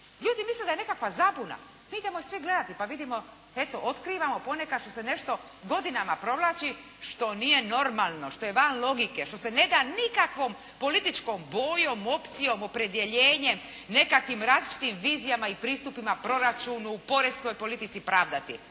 Ljudi misle da je nekakva zabuna, idemo svi gledati, pa vidimo, eto otkrivamo ponekad što se nešto godinama provlači što nije normalno, što je van logike, što se neda nikakvom političkom bojom, opcijom, opredjeljenje nekakvim različitim vizijama i pristupima, proračunu, poreskoj politici pravdati